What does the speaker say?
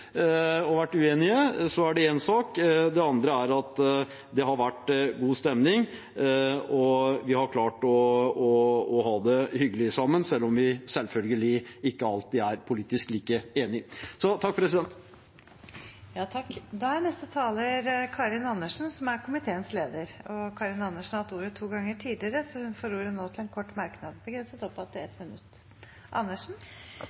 vært litt irritert på hverandre rent politisk og har vært uenige, er det én sak, men det har vært god stemning, og vi har klart å ha det hyggelig sammen, selv om vi selvfølgelig ikke alltid er like enige politisk. Så takk. Representanten Karin Andersen har hatt ordet to ganger tidligere og får ordet til en kort merknad, begrenset til 1 minutt. Jeg kan også takke både komiteen og administrasjonen. Nå har vi riktignok to saker til